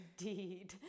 indeed